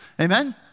Amen